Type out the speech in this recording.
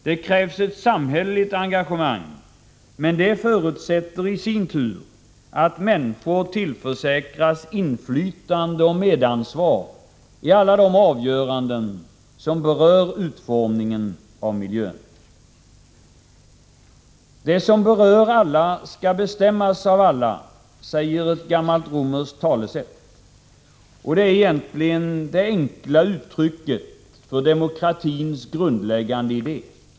Det krävs ett samhälleligt engagemang, men det förutsätter i sin tur att människor tillförsäkras inflytande och medansvar i alla de avgöranden som berör utformningen av miljön. ”Det som berör alla skall bestämmas av alla”, säger ett gammalt romerskt talesätt. Det är egentligen det enkla uttrycket för demokratins grundläggande idé.